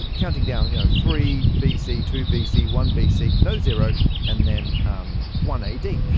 ah counting down, you know, three b c. to b c, one b c, no, zero and then um one a d.